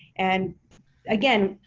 and again,